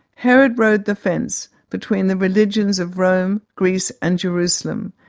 herod rode the fence between the religions of rome, greece, and jerusalem,